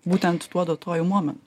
būtent tuo duotuoju momentu